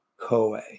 CoA